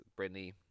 Britney